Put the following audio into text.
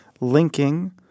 linking